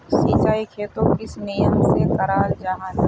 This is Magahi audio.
सिंचाई खेतोक किस नियम से कराल जाहा जाहा?